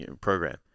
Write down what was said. program